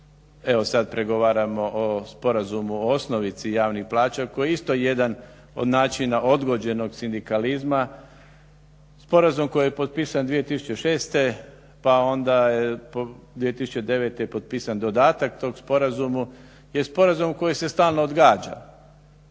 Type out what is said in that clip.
evo sad pregovaramo o Sporazumu o osnovici javnih plaća koji je isto jedan od načina odgođenog sindikalizma. Sporazum koji je potpisan 2006. pa onda 2009. je potpisan dodatak tom sporazumu je sporazum koji se stalno odgađa.